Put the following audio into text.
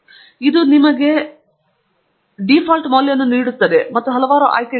ಇದು ನಿಮಗೆ ಬೇರೆಯೇ ಇಲ್ಲ ಎಂದು ಹೇಳುವ ಬದಲಿ ಡೀಫಾಲ್ಟ್ ಮೌಲ್ಯಗಳನ್ನು ನೀಡುತ್ತದೆ ಮತ್ತು ಹಲವಾರು ಆಯ್ಕೆಗಳಿವೆ